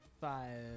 Five